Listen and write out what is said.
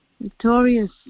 victorious